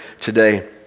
today